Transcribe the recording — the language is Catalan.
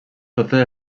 totes